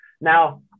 Now